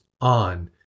on